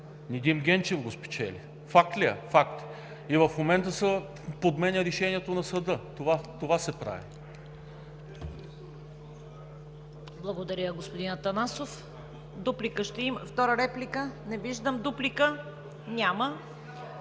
Недим Генджев го спечели. Факт ли е, факт е. И в момента се подменя решението на съда, това се прави.